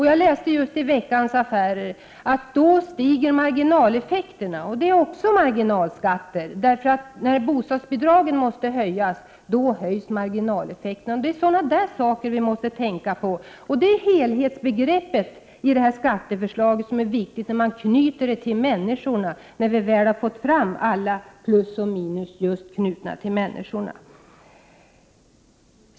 Jag läste just i Veckans Affärer att när bostadsbidragen måste höjas, stiger marginaleffekterna. Det är sådana saker som man måste tänka på. Det är helhetsbegreppet som är det viktiga, att få fram alla plus och minus knutna till människorna.